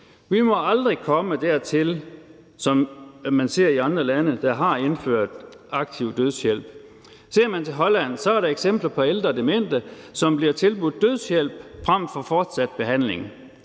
Vi må aldrig komme dertil, som man ser det i andre lande, hvor man har indført aktiv dødshjælp. Ser man til Holland, er der eksempler på ældre demente, som bliver tilbudt dødshjælp frem for fortsat behandling.